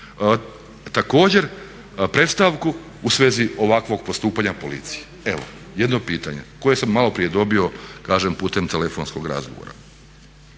također predstavku u svezi ovakvog postupanja policije? Evo, jedno pitanje koje sam maloprije dobio kažem putem telefonskog razgovora.